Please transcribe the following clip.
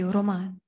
Roman